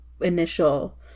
initial